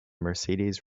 mercedes